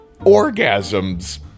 orgasms